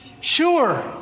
sure